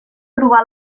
trobar